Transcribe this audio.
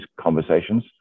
conversations